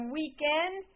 weekend